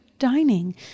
dining